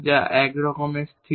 যা একরকম ভাবে স্থির